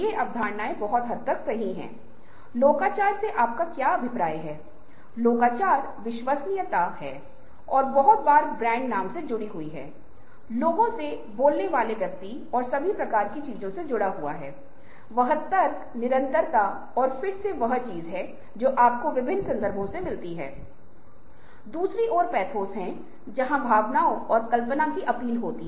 यह 60 साल की उम्र के बाद रिटायरिंगस्पेस है लेकिन भावनात्मक बुद्धिमत्ता हर समय एक फॉरवर्डिंग स्पेस के रूप में होगी और आध्यात्मिक प्रथाओं को करने से भी बडेगी